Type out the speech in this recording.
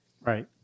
Right